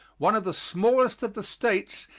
one of the smallest of the states,